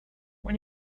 when